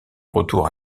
retour